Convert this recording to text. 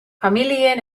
familien